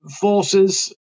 forces